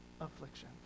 affliction